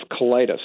colitis